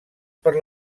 per